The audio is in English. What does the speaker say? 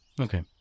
Okay